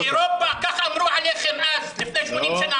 באירופה ככה אמרו עליכם אז לפני 80 שנה.